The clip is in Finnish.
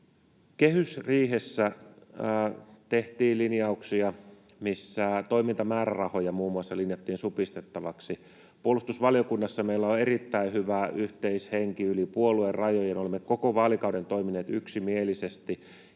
Kehysriihessä tehtiin linjauksia, muun muassa toimintamäärärahoja linjattiin supistettavaksi. Puolustusvaliokunnassa meillä on erittäin hyvä yhteishenki yli puoluerajojen, olemme koko vaalikauden toimineet yksimielisesti,